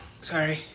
Sorry